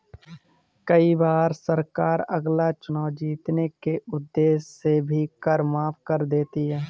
कई बार सरकार अगला चुनाव जीतने के उद्देश्य से भी कर माफ कर देती है